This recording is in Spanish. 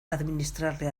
administrarle